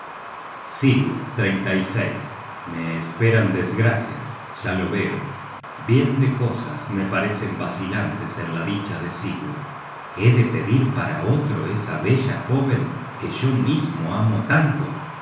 generated at sigurd me esperan desgracias ya lo veo bien de cosas me parecen vacilantes en la dicha de sigurd he de pedir para otro esa bella jóvenque yo mismo amo tanto